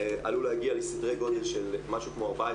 עלול להגיע לסדרי גודל של משהו כמו 14,